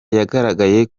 yagaragaye